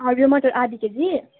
हरियो मटर आधा केजी